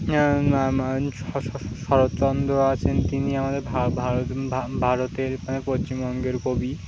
শরৎচন্দ্র আছেন তিনি আমাদের ভারতের মানে পশ্চিমবঙ্গের কবি